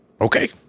Okay